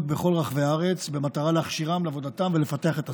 בכל רחבי הארץ במטרה להכשירם לעבודתם ולפתח את השכלתם.